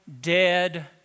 dead